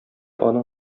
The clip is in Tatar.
аның